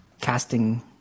casting